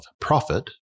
profit